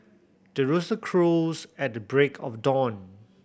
the rooster crows at the break of dawn